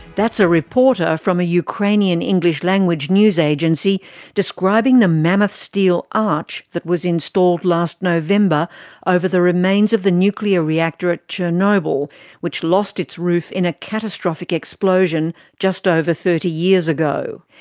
that's a reporter from a ukrainian english language news agency describing the mammoth steel arch that was installed last november over the remains of the nuclear reactor at chernobyl which lost its roof in a catastrophic explosion just over thirty years ago.